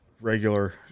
regular